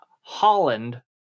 holland